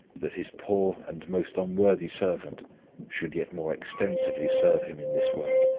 that his poor and most unworthy servant should yet more extensively serve him in this work,